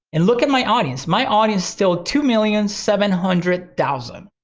and look at my audience, my audience still two million seven hundred thousand,